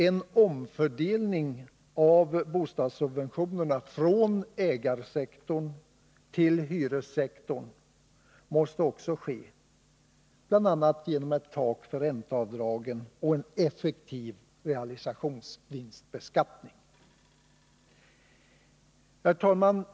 En omfördelning av bostadssubventionerna från ägarsektorn till hyressektorn måste också ske, bl.a. genom ett tak för ränteavdragen och en effektiv realisationsvinstbeskattning. Herr talman!